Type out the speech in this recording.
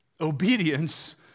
Obedience